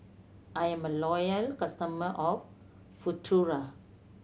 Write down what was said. I'm a loyal customer of Futuro